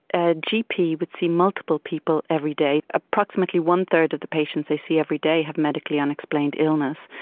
a gp would see multiple people every day. approximately one-third of the patients they see every day have medically unexplained illness,